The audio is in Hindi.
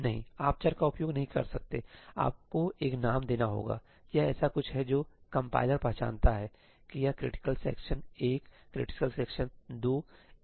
नहीं आप चर का उपयोग नहीं कर सकते आपको एक नाम देना होगायह ऐसा कुछ है जो कंपाइलर पहचानता है सही कि यह क्रिटिकल सेक्शन 1 क्रिटिकल सेक्शन 2 है